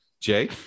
Jay